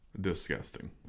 disgusting